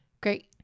Great